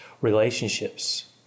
relationships